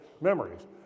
memories